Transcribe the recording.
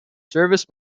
serviced